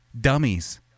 dummies